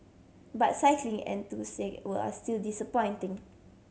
but cycling were are still disappointing